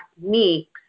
techniques